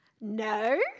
No